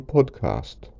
Podcast